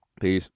peace